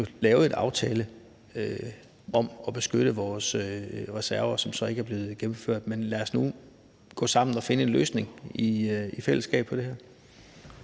– lavet en aftale om at beskytte vores reserver, som så ikke er blevet gennemført. Men lad os nu gå sammen og i fællesskab finde en